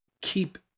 keep